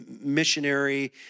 missionary